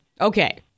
Okay